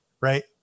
right